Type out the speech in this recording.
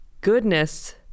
goodness